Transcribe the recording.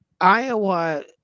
Iowa